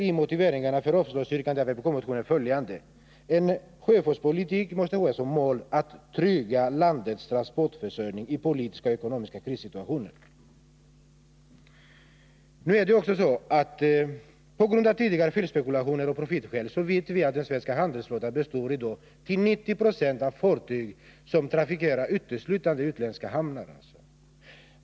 I motiveringen för avslagsyrkandet på vpk-motionen nr 1000 anförs bl.a. att en sjöfartspolitik måste ha som mål ”att trygga landets transportförsörj ning i politiska och ekonomiska krissituationer”. Vi vet att den svenska handelsflottan — på grund av tidigare felspekulationer eller av profitskäl — i dag består till 90 20 av fartyg som trafikerar uteslutande utländska hamnar.